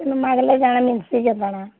ଇନେ ମାଗ୍ଲେ କା'ଣା ମିଲ୍ସି କାଏଁ କା'ଣା